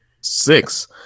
Six